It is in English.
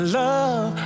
love